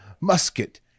musket